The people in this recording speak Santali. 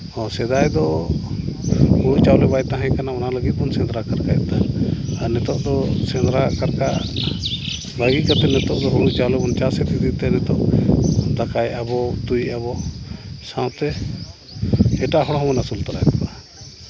ᱦᱚᱸ ᱥᱮᱫᱟᱭ ᱫᱚ ᱦᱳᱲᱳ ᱪᱟᱣᱞᱮ ᱵᱟᱭ ᱛᱟᱦᱮᱸ ᱠᱟᱱᱟ ᱚᱱᱟ ᱞᱟᱹᱜᱤᱫ ᱵᱚᱱ ᱥᱮᱸᱫᱽᱨᱟᱼᱠᱟᱨᱠᱟᱭᱮᱫ ᱛᱟᱦᱮᱸᱫ ᱟᱨ ᱱᱤᱛᱚᱜ ᱫᱚ ᱥᱮᱸᱫᱽᱨᱟᱼᱠᱟᱨᱠᱟ ᱵᱟᱹᱜᱤ ᱠᱟᱛᱮ ᱱᱤᱛᱚᱜ ᱫᱚ ᱦᱳᱲᱳ ᱪᱟᱣᱞᱮ ᱵᱚᱱ ᱪᱟᱥ ᱮᱜ ᱠᱷᱟᱹᱛᱤᱨ ᱛᱮ ᱱᱤᱛᱚᱜ ᱴᱟᱠᱟᱭᱮᱫᱼᱟ ᱵᱚ ᱩᱛᱩᱭᱮᱜᱼᱟ ᱵᱚ ᱥᱟᱶᱛᱮ ᱮᱴᱟᱜ ᱦᱚᱲ ᱦᱚᱸᱵᱚ ᱟᱹᱥᱩᱞ ᱛᱟᱨᱟᱭᱮᱫ ᱠᱚᱣᱟ